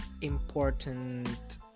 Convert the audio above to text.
important